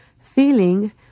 Feeling